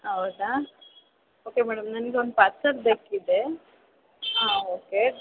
ಹೌದಾ okay madam ನನ್ಗೆ ಒಂದು ಪಾರ್ಸಲ್ ಬೇಕಿದೆ ಹಾಂ ಓಕೆ